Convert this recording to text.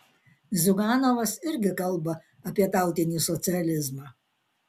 ziuganovas irgi kalba apie tautinį socializmą